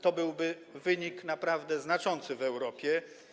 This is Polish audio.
To byłby wynik naprawdę znaczący w Europie.